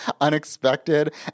unexpected